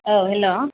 औ हेल'